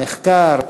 במחקר,